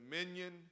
dominion